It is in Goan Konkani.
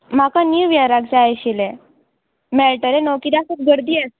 म्हाका नीव इयराक जाय आशिल्लें मेळटलें न्हू किद्याक खूब गर्दी आसता